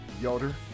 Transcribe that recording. yoder